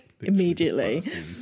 immediately